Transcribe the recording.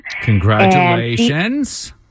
Congratulations